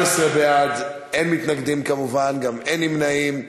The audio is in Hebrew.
11 בעד, אין מתנגדים, כמובן, גם אין נמנעים.